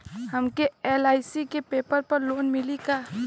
हमके एल.आई.सी के पेपर पर लोन मिली का?